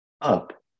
up